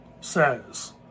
Says